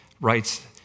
writes